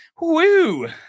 Woo